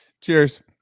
Cheers